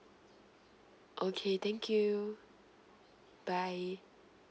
okay thank you bye